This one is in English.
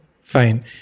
fine